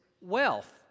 wealth